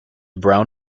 brown